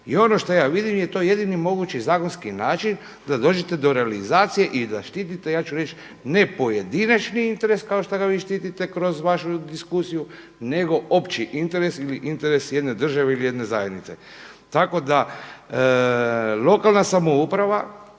I ono šta ja vidim je to jedini mogući zakonski način da dođete do realizacije i da štitite ja ću reći ne pojedinačni interes kao što ga vi štitite kroz vašu diskusiju nego opći interes ili interes jedne države ili jedne zajednice. Tako da lokalna samouprava